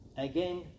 Again